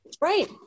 Right